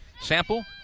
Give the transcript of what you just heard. Sample